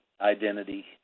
identity